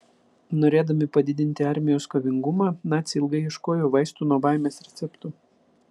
norėdami padidinti armijos kovingumą naciai ilgai ieškojo vaistų nuo baimės recepto